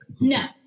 No